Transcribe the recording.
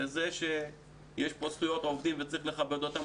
וזה שיש פה זכויות עובדים וצריך לכבד אותן,